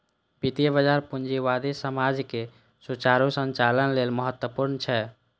वित्तीय बाजार पूंजीवादी समाजक सुचारू संचालन लेल महत्वपूर्ण छै